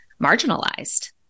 marginalized